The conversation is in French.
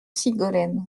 sigolène